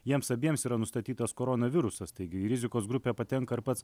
jiems abiems yra nustatytas koronavirusas taigi rizikos grupę patenka ir pats